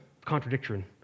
Contradiction